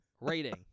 Rating